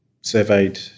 surveyed